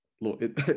Look